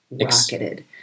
rocketed